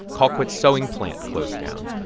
colquitt's sewing plant closed down.